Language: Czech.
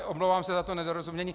Omlouvám se za to nedorozumění.